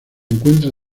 encuentra